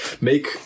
make